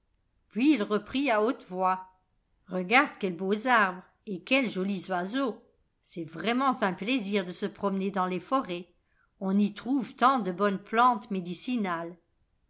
puis il reprit à hiute voix f regarde quels beaux arbres et quels jolis oiseaux c'est vraiment un plaisir de se promener dans les forêts et on y trouve tant de bonnes plantes médicinales